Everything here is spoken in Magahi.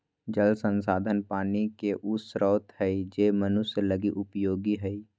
जल संसाधन पानी के उ स्रोत हइ जे मनुष्य लगी उपयोगी हइ